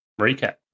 recap